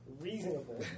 reasonable